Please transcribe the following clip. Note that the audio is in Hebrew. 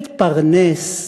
להתפרנס,